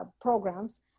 programs